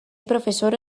profesora